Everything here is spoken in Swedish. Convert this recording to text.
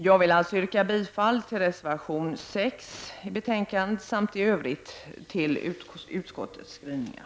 Jag yrkar än en gång bifall till reservation 6 samt i övrigt bifall till utskottets hemställan.